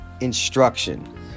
instruction